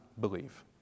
believe